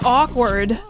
awkward